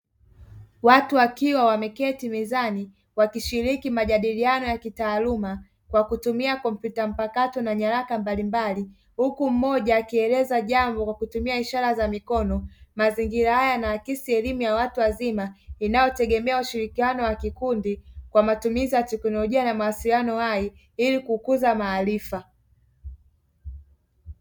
Watu wakiwa wameketi mezani, wakishiriki majadiliano ya kitaaluma kwa kutumia kompyuta mpakato na nyaraka mbalimbali. Huku mmoja akieleza jambo kwa kutumia ishara za mikono. Mazingira haya yanaakisi elimu ya watu wazima, inayotegemea ushirikiano wa kikundi kwa matumizi ya teknolojia na mawasiliano hai, ili kukuza maarifa.